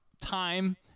time